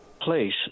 place